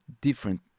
different